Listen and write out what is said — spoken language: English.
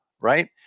Right